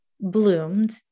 bloomed